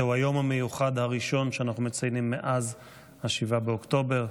זהו היום המיוחד הראשון שאנחנו מציינים מאז 7 באוקטובר.